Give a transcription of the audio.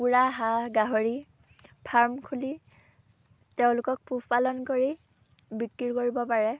কুকুৰা হাঁহ গাহৰি ফাৰ্ম খুলি তেওঁলোকক পোহপালন কৰি বিক্ৰী কৰিব পাৰে